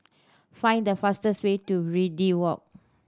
find the fastest way to Verde Walk